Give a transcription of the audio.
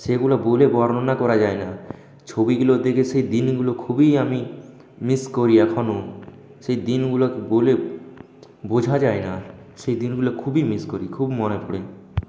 সেগুলো বলে বর্ণনা করা যায় না ছবিগুলো দেখে সে দিনগুলো খুবই আমি মিস করি এখনও সে দিনগুলো বলে বোঝা যায় না সে দিনগুলো খুবই মিস করি খুব মনে পড়ে